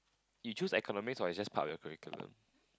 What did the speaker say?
you choose economics or is just part of your curriculum